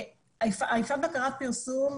'יפעת-בקרה ופרסום',